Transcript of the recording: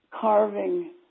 carving